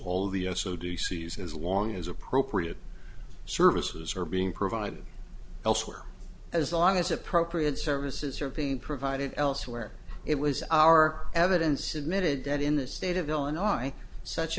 all the u s o d c s as long as appropriate services are being provided elsewhere as long as appropriate services are being provided elsewhere it was our evidence emitted that in the state of illinois such